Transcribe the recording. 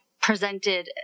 presented